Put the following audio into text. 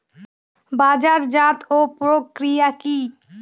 বাজারজাতও প্রক্রিয়া কি?